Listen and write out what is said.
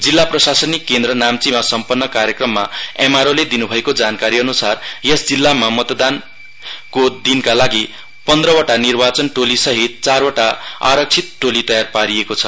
जिल्ला प्रशासनिक केन्द्र नाम्चीमा सम्पन्न कार्यक्रममा एमआरओ ले दिन् भएको जानकारीअन्सार यस जिल्लामा मतदानको दिनका लागि पन्ध्रवटा निर्वाचन टोली सहित चारवटा आरक्षित टोली तयार पारिएको छ